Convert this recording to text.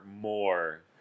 more